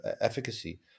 efficacy